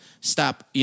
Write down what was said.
stop